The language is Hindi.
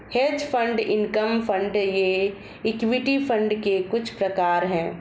हेज फण्ड इनकम फण्ड ये इक्विटी फंड के कुछ प्रकार हैं